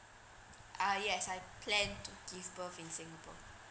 ah yes I plan to give birth in singapore